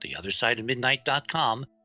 theothersideofmidnight.com